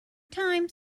time